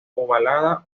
ovalada